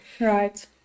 Right